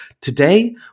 Today